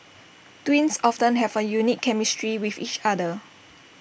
twins often have A unique chemistry with each other